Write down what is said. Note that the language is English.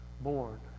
born